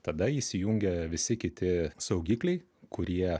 tada įsijungia visi kiti saugikliai kurie